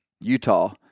Utah